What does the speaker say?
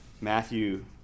Matthew